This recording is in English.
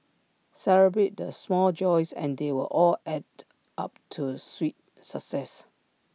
celebrate the small joys and they will all add to up to sweet success